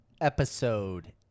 Episode